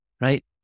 right